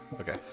Okay